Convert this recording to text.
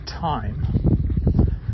time